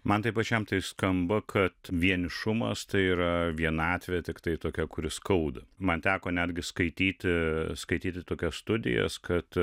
man pačiam tai skamba kad vienišumas tai yra vienatvė tiktai tokia kuri skauda man teko netgi skaityti skaityti tokias studijas kad